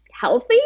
healthy